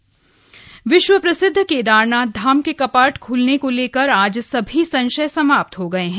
केदारनाथ धाम विश्व प्रसिद्ध केदारनाथ धाम के कपाट खुलने को लेकर आज सभी संशय समाप्त हो गए है